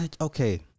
Okay